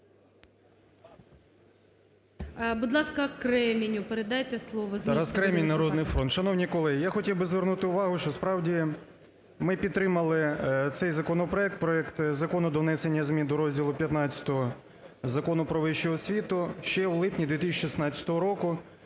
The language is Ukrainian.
буде виступати. 11:20:42 КРЕМІНЬ Т.Д. Тарас Кремінь, "Народний фронт". Шановні колеги, я хотів би звернути увагу, що, справді, ми підтримали цей законопроект, проект закону до внесення змін до розділу XV Закону "Про вищу освіту" ще в липні 2016 року,